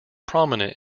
prominent